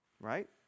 right